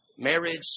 Marriage